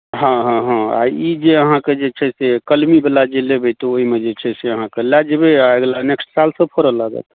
हँ हँ हँ आ ई जे अहाँके जे छै से कलमीवला जे लेबै तऽ ओहिमे जे छै से अहाँके लए जेबै आ अगिला नेक्स्ट सालसँ फड़य लागत